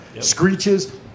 screeches